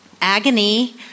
agony